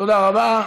תודה רבה.